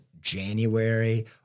January